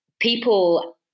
People